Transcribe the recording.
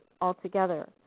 altogether